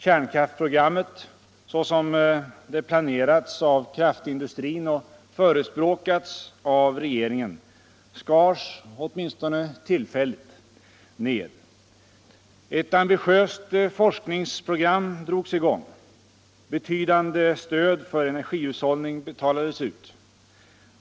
Kärnkraftsprogrammet, såsom det planerats av kraftindustrin och förespråkats av regeringen, skars — åtminstone tillfälligt — ned. Ett ambitiöst forskningsprogram drogs i gång. Betydande stöd för energihushållning betalades ut.